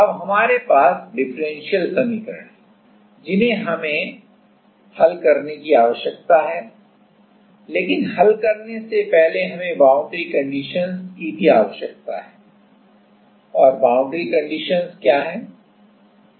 अब हमारे पास डिफरेंशियल समीकरण है जिन्हें हमें इसे हल करने की आवश्यकता है लेकिन हल करने से पहले हमें बाउंड्री कंडीशनस की भी आवश्यकता है और बाउंड्री कंडीशनस क्या हैं